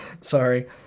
Sorry